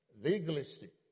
Legalistic